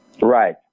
Right